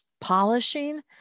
polishing